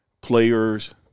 players